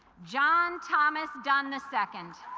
john thomas done the second